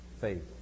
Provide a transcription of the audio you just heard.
faith